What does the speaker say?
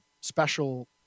special